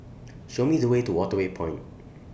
Show Me The Way to Waterway Point